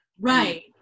Right